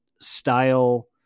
style